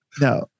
no